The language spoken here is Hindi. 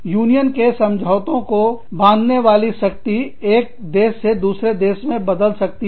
यूनियन के समझौतों को बांधने वाली शक्ति एक देश से दूसरे देश में बदल सकती है